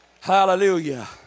Hallelujah